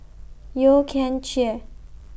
Yeo Kian Chye